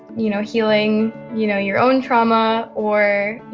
you know healing you know your own trauma or, you